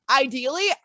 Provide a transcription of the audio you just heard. Ideally